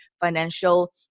financial